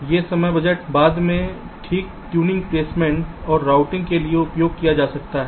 ये समय बजट बाद में ठीक ट्यूनिंग प्लेसमेंट और रूटिंग के लिए उपयोग किया जा सकता है